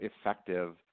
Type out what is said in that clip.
effective